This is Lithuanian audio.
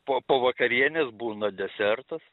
po po vakarienės būna desertas